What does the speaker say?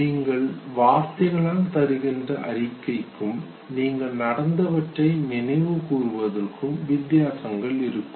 நீங்கள் வார்த்தைகளால் தருகின்ற அறிக்கைக்கும் நீங்கள் நடந்தவற்றை நினைவு கூறுவதிற்கும் வித்தியாசங்கள் இருக்கும்